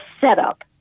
setup